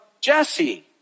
Jesse